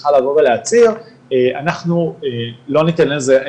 צריכה לבוא ולהציע אנחנו לא ניתן לזה,